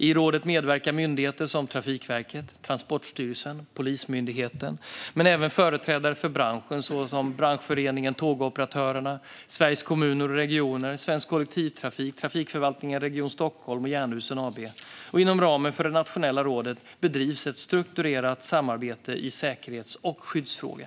I rådet medverkar myndigheter som Trafikverket, Transportstyrelsen och Polismyndigheten men även företrädare för branschen såsom Branschföreningen Tågoperatörerna, Sveriges Kommuner och Regioner, Svensk Kollektivtrafik, Trafikförvaltningen i Region Stockholm och Jernhusen. Inom ramen för det nationella rådet bedrivs ett strukturerat samarbete i säkerhets och skyddsfrågor.